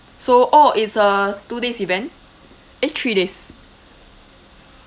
so oh it's a two day's event eh three days